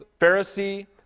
Pharisee